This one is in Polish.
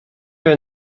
wiem